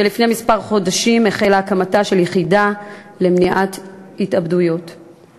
ולפני כמה חודשים החלה הקמתה של היחידה למניעת התאבדויות במשרד הבריאות.